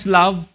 love